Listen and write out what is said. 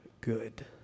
good